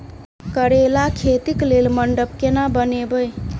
करेला खेती कऽ लेल मंडप केना बनैबे?